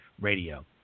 Radio